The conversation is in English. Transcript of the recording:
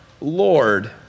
Lord